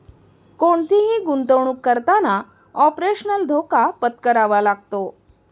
कोणतीही गुंतवणुक करताना ऑपरेशनल धोका पत्करावा लागतो